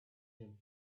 him